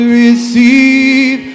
receive